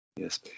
Yes